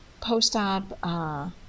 post-op